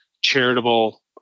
charitable